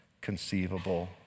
conceivable